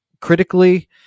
critically